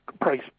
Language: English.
price